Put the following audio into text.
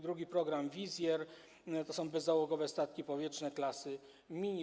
Drugi program, „Wizjer”, to są bezzałogowe statki powietrzne klasy mini.